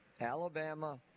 Alabama